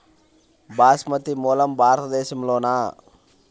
బాస్మతి మూలం భారతదేశంలోనా?